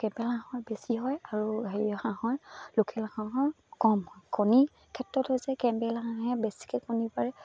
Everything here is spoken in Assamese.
কেম্বেল হাঁহৰ বেছি হয় আৰু হেৰি হাঁহৰ লোকেল হাঁহৰ কম হয় কণী ক্ষেত্ৰত হৈছে কেম্বেল লাহে বেছিকৈ কণী পাৰে